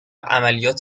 عملیات